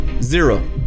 Zero